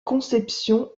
conception